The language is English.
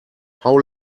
how